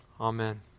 Amen